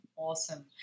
Awesome